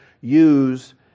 use